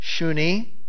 Shuni